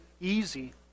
easy